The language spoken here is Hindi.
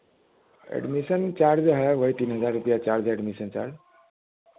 एडमिशन चार्ज है वही तीन हज़ार रुपया चार्ज एडमिशन चार्ज